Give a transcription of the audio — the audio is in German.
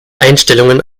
einstellungen